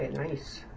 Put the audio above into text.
nice